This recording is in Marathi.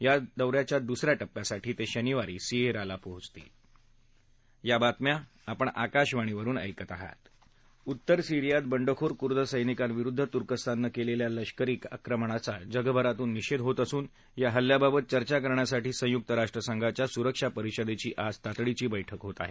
या दौऱ्याच्या दुसऱ्या उत्तर सिरीयात बंडखोर कुर्द सैनिकांविरुद्ध तुर्कस्ताननं केलेल्या लष्करी आक्रमणाचा जगभरातून निषेध होत असून या हल्ल्याबाबत चर्चा करण्यासाठी संयुक्त राष्ट्रसंघाच्या सुरक्षा परिषदेची आज तातडीची बैठक होत आहे